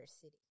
city